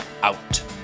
out